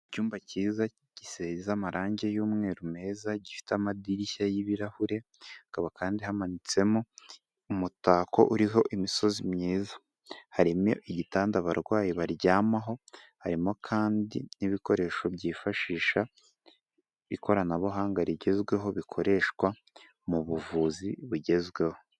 Icyumba cyiza gisiza amarangi y'umweru meza, gifite amadirishya y'ibirahure, hakaba kandi hamanitsemo umutako uriho imisozi myiza, harimo igitanda abarwayi baryamaho, harimo kandi n'ibikoresho byifashisha ikoranabuhanga rigezweho bikoreshwa mu buvuzi bugezweho.